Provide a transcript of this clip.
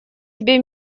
себе